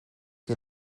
que